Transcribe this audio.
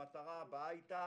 המטרה הבאה היתה